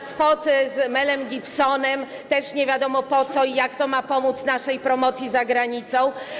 Spot z Melem Gibsonem - też nie wiadomo po co i jak to ma pomóc naszej promocji za granicą.